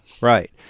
Right